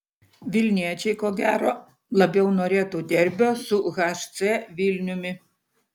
vilniečiai ko gero labiau norėtų derbio su hc vilniumi